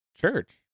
church